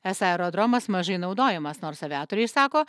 esą aerodromas mažai naudojamas nors aviatoriai sako